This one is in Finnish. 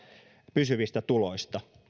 pysyvistä tuloista